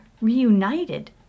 reunited